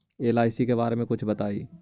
LIC के बारे मे कुछ बताई?